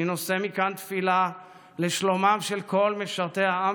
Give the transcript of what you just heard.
אני נושא מכאן תפילה לשלומם של כל משרתי העם